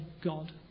God